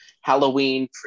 halloween